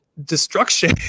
destruction